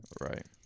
Right